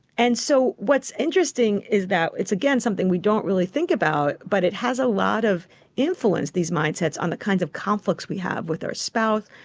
and so what's interesting is that it's, again, something we don't really think about, but it has a lot of influence, these mindsets, on the kinds of conflicts we have with our spouse,